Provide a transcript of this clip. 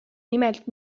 nimelt